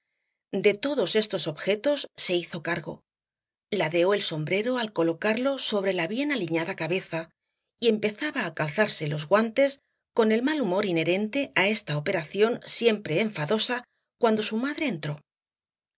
de todos estos objetos se hizo cargo ladeó el sombrero al colocarlo sobre la bien aliñada cabeza y empezaba á calzarse los guantes con el mal humor inherente á esta operación siempre enfadosa cuando su madre entró